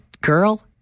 girl